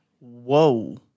Whoa